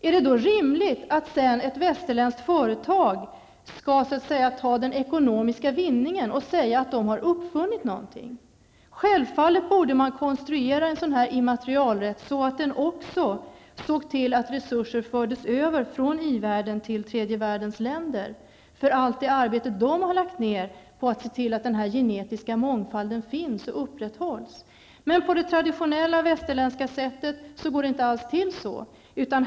Är det då rimligt att ett västerländskt företag sedan skall ta den ekonomiska vinningen och säga att det har uppfunnit något? Självfallet borde man konstruera en sådan immaterialrätt på ett sådant sätt att den också innebär att resurser förs över från den industrialiserade världen till tredje världens länder för allt det arbete som dessa länder har lagt ned på att se till att denna genetiska mångfald finns och upprätthålls. Men på det traditionella västerländska sättet går det inte alls till på det sättet.